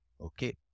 Okay